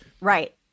Right